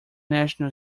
national